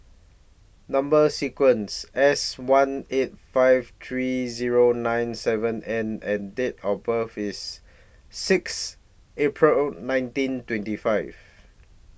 Number sequence S one eight five three Zero nine seven N and Date of birth IS six April nineteen twenty five